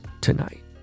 tonight